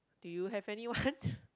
do you have anyone